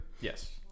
Yes